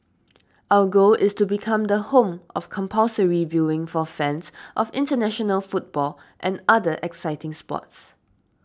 our goal is to become the home of compulsory viewing for fans of international football and other exciting sports